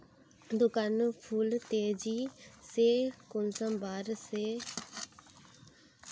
गेंदा फुल तेजी से कुंसम बार से?